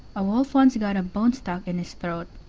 a wolf once got a bone stuck in his throat.